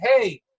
hey